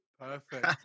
Perfect